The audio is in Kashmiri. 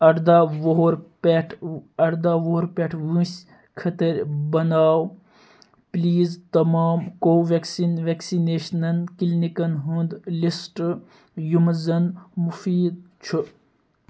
اَرداہ وُہُر پٮ۪ٹھ اَرداہ وُہُر پٮ۪ٹھ وٲنٛسہِ خٲطرٕ بناو پُلیٖز تمام کوویٚکسیٖن ویکسِنیٚشنن کِلنِکَن ہُنٛد لِسٹ یِم زَن مُفیٖد چھُ